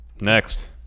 Next